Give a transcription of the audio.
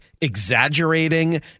exaggerating